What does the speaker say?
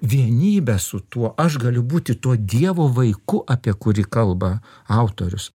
vienybę su tuo aš galiu būti tuo dievo vaiku apie kurį kalba autorius